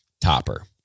topper